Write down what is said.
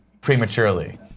prematurely